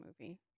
movie